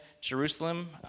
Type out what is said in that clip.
Jerusalem